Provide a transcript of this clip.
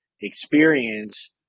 experience